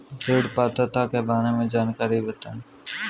ऋण पात्रता के बारे में जानकारी बताएँ?